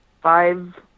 five